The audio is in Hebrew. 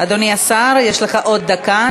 אדוני השר, יש לך עוד דקה.